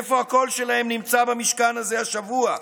איפה הקול שלהם נמצא במשכן הזה השבוע?